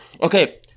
Okay